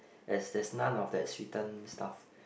there's there's none of that sweetened stuff